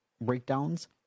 breakdowns